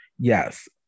Yes